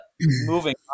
moving